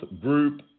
Group